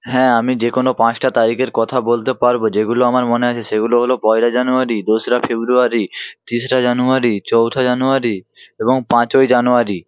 হ্যাঁ আমি যে কোনো পাঁচটা তারিখের কথা বলতে পারব যেগুলো আমার মনে আছে সেগুলো হল পয়লা জানুয়ারি দোসরা ফেব্রুয়ারি তেসরা জানুয়ারি চৌঠা জানুয়ারি এবং পাঁচই জানুয়ারি